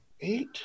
eight